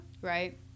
Right